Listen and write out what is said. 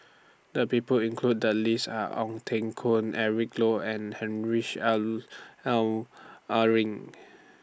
The People included The list Are Ong Teng Koon Eric Low and Heinrich Luering